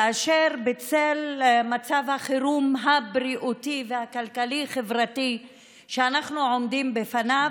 כאשר בצל מצב החירום הבריאותי והכלכלי-חברתי שאנחנו עומדים בפניו